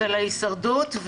ועל ההישרדות,